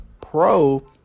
Pro